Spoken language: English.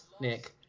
Nick